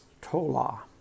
Tola